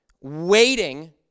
waiting